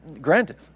granted